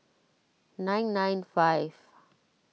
nine nine five